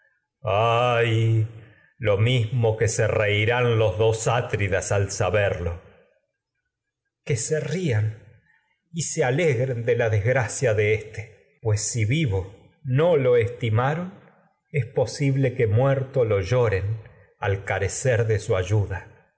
ay lo mismo que se reirán los dos atridas berlo tecmesa de que si se rían y se no alegren de la desgracia es éste pues vivo lo estimaron su posible que muerto lo lloren al carecer de ayuda